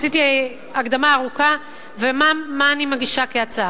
עשיתי הקדמה ארוכה, ומה אני מגישה כהצעה?